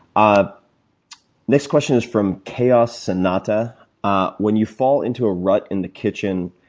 ah next question is from chaos anatta ah when you fall into a rut in the kitchen,